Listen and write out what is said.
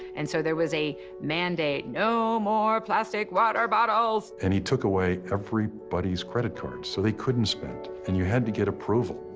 and so there was a mandate, no more plastic water bottles. and he took away everybody's everybody's credit card so they couldn't spend. and you had to get approval,